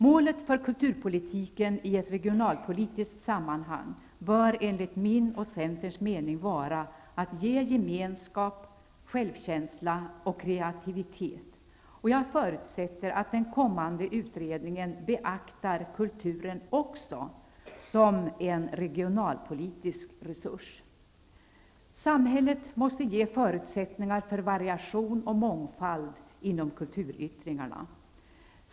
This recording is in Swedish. Målet för kulturpolitiken i ett regionalpolitiskt sammanhang bör enligt min och Centerns mening vara att skapa gemenskap, självkänsla och kreativitet. Jag förutsätter att den kommande utredningen beaktar kulturen också som en regionalpolitisk resurs. Samhället måste ge förutsättningar för variation och mångfald inom kulturyttringarna.